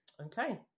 Okay